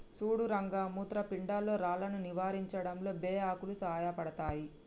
సుడు రంగ మూత్రపిండాల్లో రాళ్లను నివారించడంలో బే ఆకులు సాయపడతాయి